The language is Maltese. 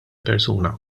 persuna